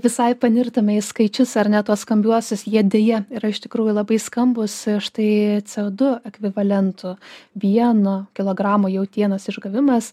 visai panirtume į skaičius ar ne tuos skambiuosius jie deja yra iš tikrųjų labai skambūs štai c o du ekvivalentu vieno kilogramo jautienos išgavimas